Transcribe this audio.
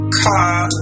car